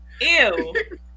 Ew